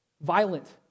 Violent